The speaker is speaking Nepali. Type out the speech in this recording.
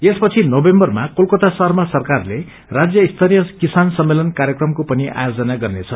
यसपछि नोमेम्बरमा कलकता शहरमा सरकार राज्य स्तरीय किसान सम्मेलन क्वर्यक्रमको पनि आयोजन गर्नेछ